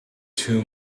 too